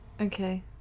Okay